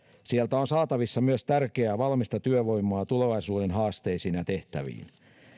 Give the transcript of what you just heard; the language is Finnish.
sieltä on saatavissa myös tärkeää valmista työvoimaa tulevaisuuden haasteisiin ja tehtäviin